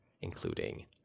including